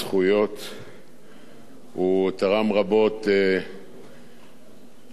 הוא תרם רבות לביטחונה של מדינת ישראל.